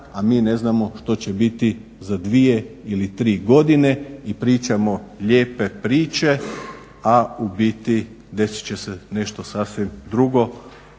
a mi ne znamo što će biti za 2 ili 3 godine i pričamo lijepe priče, a u biti desit će se nešto sasvim drugo.